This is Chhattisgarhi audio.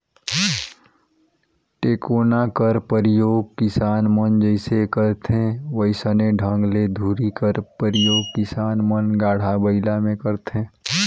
टेकोना कर परियोग किसान मन जइसे करथे वइसने ढंग ले धूरी कर परियोग किसान मन गाड़ा बइला मे करथे